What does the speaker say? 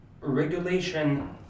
Regulation